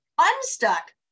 unstuck